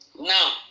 Now